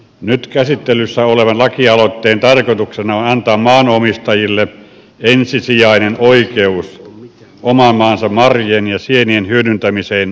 nyt käsittelyssä olevan lakialoitteen tarkoituksena on antaa maanomistajille ensisijainen oikeus oman maansa marjojen ja sienien hyödyntämiseen koko maassa